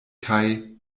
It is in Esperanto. kaj